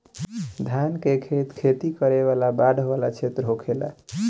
धान के खेत खेती करे वाला बाढ़ वाला क्षेत्र होखेला